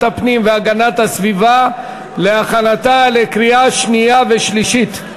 הפנים והגנת הסביבה להכנתה לקריאה שנייה ושלישית.